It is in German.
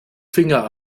finger